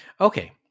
Okay